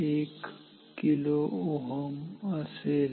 1 kΩ असेल